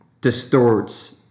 distorts